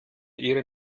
ihre